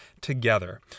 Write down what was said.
together